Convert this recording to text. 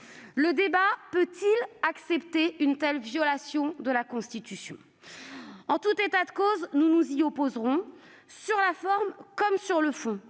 Le débat peut-il s'accommoder d'une telle violation de la Constitution ? En tout état de cause, nous nous y opposerons, sur la forme comme sur le fond,